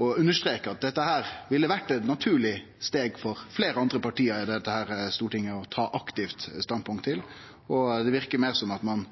understreke at dette ville vore eit naturleg steg for fleire andre parti i dette stortinget å ta aktivt standpunkt til. Det verkar meir som om ein